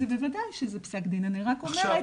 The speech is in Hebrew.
בוודאי שזה פסק דין, אני רק אומרת